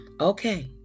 Okay